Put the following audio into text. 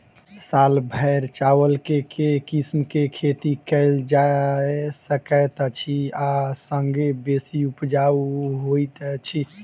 साल भैर चावल केँ के किसिम केँ खेती कैल जाय सकैत अछि आ संगे बेसी उपजाउ होइत अछि?